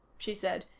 she said.